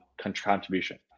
contribution